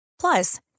Plus